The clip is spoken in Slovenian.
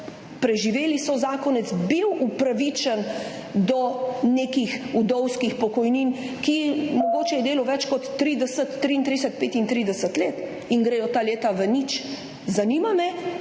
preživeli zakonec upravičen do nekih vdovskih pokojnin? Mogoče je delal več kot 30, 33, 35 let in gredo ta leta v nič. Zanima me,